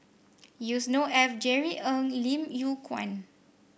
Yusnor Ef Jerry Ng Lim Yew Kuan